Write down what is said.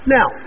Now